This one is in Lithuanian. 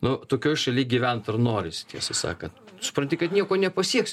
nu tokioj šaly gyvent ar norisi tiesą sakant supranti kad nieko nepasieksi